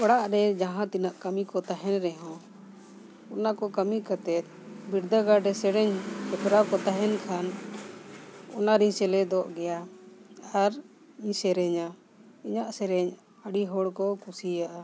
ᱚᱲᱟᱜ ᱨᱮ ᱡᱟᱦᱟᱸ ᱛᱤᱱᱟᱹᱜ ᱠᱟᱹᱢᱤ ᱠᱚ ᱛᱟᱦᱮᱱ ᱨᱮᱦᱚᱸ ᱚᱱᱟ ᱠᱚ ᱠᱟᱹᱢᱤ ᱠᱟᱛᱮᱫ ᱵᱤᱨᱫᱟᱹᱜᱟᱲ ᱨᱮ ᱥᱮᱨᱮᱧ ᱦᱮᱯᱨᱟᱣ ᱠᱚ ᱛᱟᱦᱮᱱ ᱠᱷᱟᱱ ᱚᱱᱟ ᱨᱤᱧ ᱥᱮᱞᱮᱫᱚᱜ ᱜᱮᱭᱟ ᱟᱨ ᱤᱧ ᱥᱮᱨᱮᱧᱟ ᱤᱧᱟᱹᱜ ᱥᱮᱨᱮᱧ ᱟᱹᱰᱤ ᱦᱚᱲ ᱠᱚ ᱠᱩᱥᱤᱭᱟᱜᱼᱟ